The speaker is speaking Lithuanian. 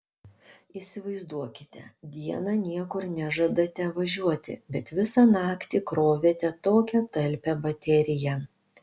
įsivaizduokite dieną niekur nežadate važiuoti bet visą naktį krovėte tokią talpią bateriją